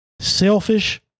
selfish